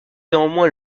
néanmoins